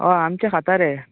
हय आमचें खाता रे